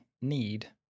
need